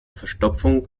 verstopfung